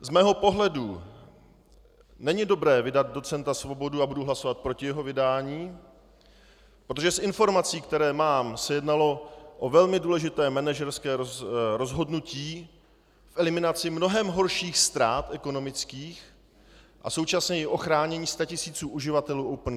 Z mého pohledu není dobré vydat docenta Svobodu a budu hlasovat proti jeho vydání , protože z informací, které mám, se jednalo o velmi důležité manažerské rozhodnutí k eliminaci mnohem horších ekonomických ztrát a současně ochránění statisíců uživatelů Opencard.